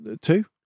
two